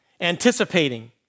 anticipating